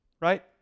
right